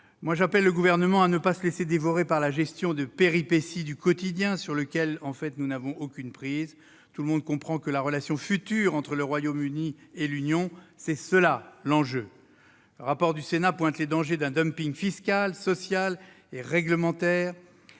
J'appelle le Gouvernement à ne pas se laisser dévorer par la gestion de péripéties du quotidien, sur lesquelles nous n'avons aucune prise. L'enjeu est bien la relation future entre le Royaume-Uni et l'Union. Le rapport du Sénat pointe les dangers d'un dumping fiscal, social et réglementaire,